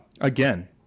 Again